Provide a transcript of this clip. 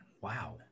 Wow